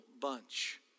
bunch